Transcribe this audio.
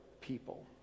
people